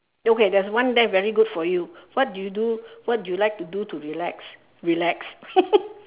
okay there's one that very good for you what do you do what do you like to do to relax relax